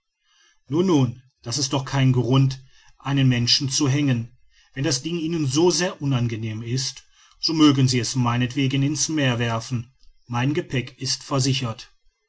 nun das ist doch kein grund einen menschen zu hängen wenn das ding ihnen so sehr unangenehm ist so mögen sie es meinetwegen in's meer werfen mein gepäck ist versichert